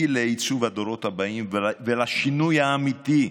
לעיצוב הדורות הבאים ולשינוי האמיתי.